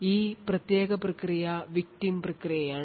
ഈ പ്രത്യേക പ്രക്രിയ victim പ്രക്രിയയാണ്